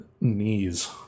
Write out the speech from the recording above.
Knees